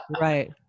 right